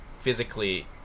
physically